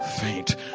faint